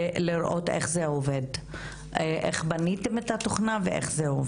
ולראות איך זה עובד ואיך בניתם את התוכנה.